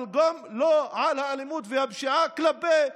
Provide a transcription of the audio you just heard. אבל גם לא על האלימות והפשיעה כלפי